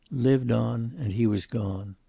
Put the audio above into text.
lived on, and he was gone.